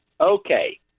Okay